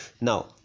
Now